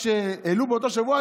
כשהעלו באותו שבוע,